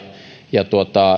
ja